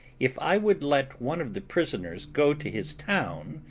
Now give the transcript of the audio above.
if i would let one of the prisoners go to his town,